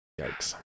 Yikes